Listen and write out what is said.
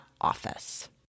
office